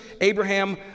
Abraham